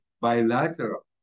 bilateral